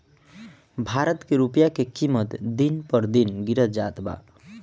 भारत के रूपया के किमत दिन पर दिन गिरत जात बा